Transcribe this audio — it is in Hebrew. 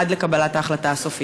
עד לקבלת ההחלטה הסופית?